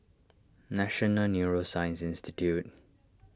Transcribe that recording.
National Neuroscience Institute